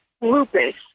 lupus